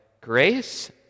grace